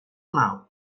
nau